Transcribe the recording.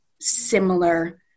similar